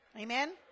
Amen